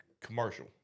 commercial